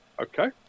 Okay